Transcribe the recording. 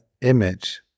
image